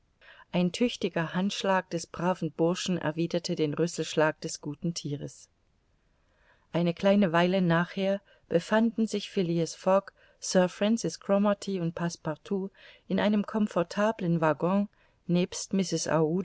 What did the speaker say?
ein tüchtiger handschlag des braven burschen erwiderte den rüsselschlag des guten thieres eine kleine weile nachher befanden sich phileas fogg sir francis cromarty und passepartout in einem comfortablen waggon